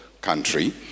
country